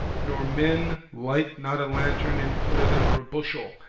nor men light not a lantern and put it under a bushel,